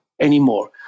anymore